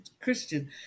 Christian